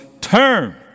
Turn